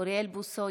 אוריאל בוסו,